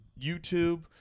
YouTube